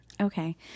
Okay